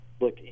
look